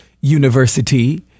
University